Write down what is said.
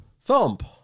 thump